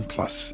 Plus